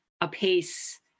apace